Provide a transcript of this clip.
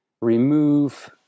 remove